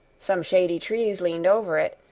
some shady trees leaned over it,